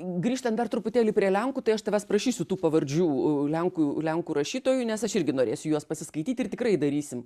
grįžtant dar truputėlį prie lenkų tai aš tavęs prašysiu tų pavardžių lenkų lenkų rašytojų nes aš irgi norėsiu juos pasiskaityti ir tikrai darysim